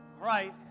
right